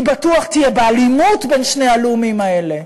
היא בטוח תהיה באלימות בין שני הלאומים האלה.